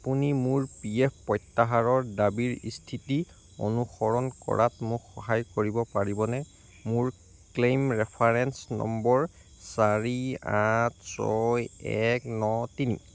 আপুনি মোৰ P F প্ৰত্যাহাৰৰ দাবীৰ স্থিতি অনুসৰণ কৰাত মোক সহায় কৰিব পাৰিবনে মোৰ ক্লেইম ৰেফাৰেন্স নম্বৰ চাৰি আঠ ছয় এক ন তিনি